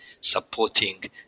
supporting